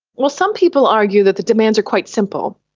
well, some people argue that the demands are quite simple.